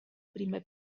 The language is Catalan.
primer